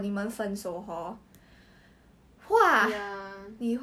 then like um okay then that day I go out with her then